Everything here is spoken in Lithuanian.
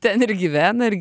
ten ir gyvena ir